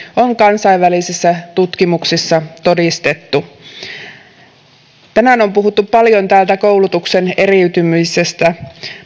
on kansainvälisissä tutkimuksissa todistettu tänään on puhuttu paljon koulutuksen eriytymisestä